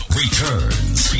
returns